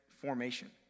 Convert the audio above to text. formation